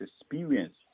experience